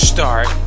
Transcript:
Start